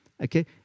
Okay